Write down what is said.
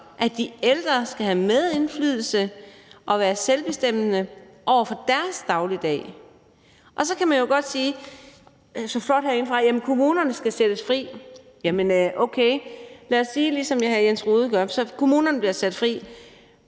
at de ældre skal have medindflydelse og være selvbestemmende i forhold til deres dagligdag. Så kan man jo godt sige så flot herindefra, at kommunerne skal sættes fri. Jamen okay, lad os sige, ligesom hr. Jens Rohde gør. Kommunerne bliver sat fri.